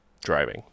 driving